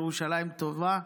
ירושלים תובב"א.